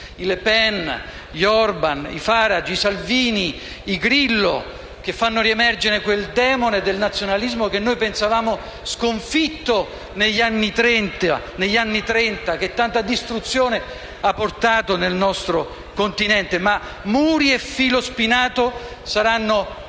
i Le Pen, gli Orbán, i Farage, i Salvini, i Grillo *(Commenti dal Gruppo M5S)*, che fanno riemergere quel demone del nazionalismo che noi pensavamo sconfitto negli anni Trenta, che tanta distruzione ha portato nel nostro Continente. Muri e filo spinato saranno la fine